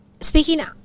speaking